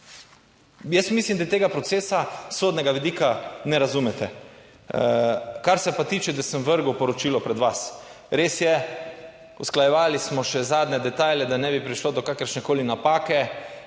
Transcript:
Jaz mislim, da tega procesa s sodnega vidika ne razumete. Kar se pa tiče, da sem vrgel poročilo pred vas. Res je, usklajevali smo še zadnje detajle, da ne bi prišlo do kakršnekoli napake.